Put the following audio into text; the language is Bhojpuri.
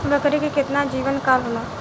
बकरी के केतना जीवन काल होला?